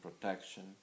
protection